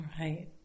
right